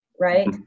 right